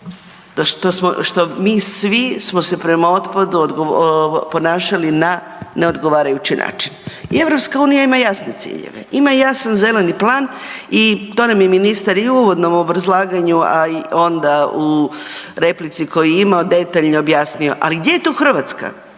je što mi svi smo se prema otpadu ponašali na ne dogovarajući način i EU ima jasne ciljeve, ima jasan zeleni plan i to nam je ministar i u uvodnom obrazlaganju, a i onda u replici koju je imao detaljno objasnio. Ali gdje tu Hrvatska,